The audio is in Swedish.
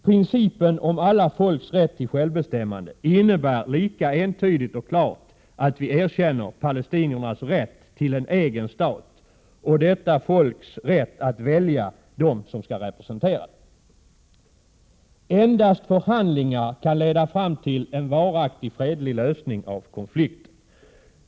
Principen om alla folks rätt till självbestämmande innebär lika entydigt att vi erkänner palestiniernas rätt till en egen stat och detta folks rätt att välja dem som skall representera folket. Endast förhandlingar kan leda fram till en varaktig fredlig lösning av konflikten.